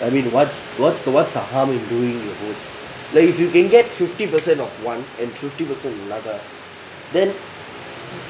I mean what's what's what's the harm in doing your vote like if you can get fifty percent of one and fifty percent another then